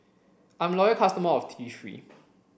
I'm a loyal customer of T three